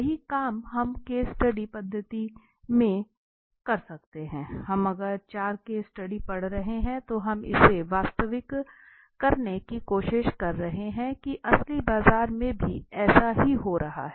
वही काम हम केस स्टडी पद्धति में हम कर रहे हैं अगर हम चार केस स्टडी पढ़ रहे हैं तो हम इसे प्रस्तावित करने की कोशिश कर रहे हैं की असल बज़ार में भी ऐसा ही हो रहा है